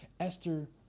Esther